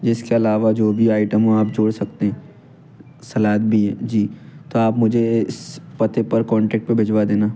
जिसके अलावा जो भी आयटम हो आप जोड़ सकते हैं सलाद भी है जी तो आप मुझे इस पते पर कॉन्टैक पे भेजवा देना